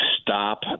stop